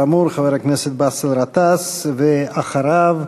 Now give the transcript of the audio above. כאמור, חבר הכנסת באסל גטאס, ואחריו,